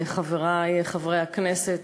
חברי חברי הכנסת,